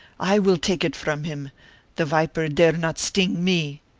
i will take it from him the viper dare not sting me!